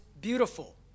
beautiful